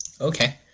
Okay